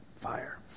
Fire